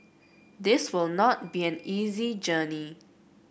this will not be an easy journey